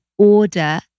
order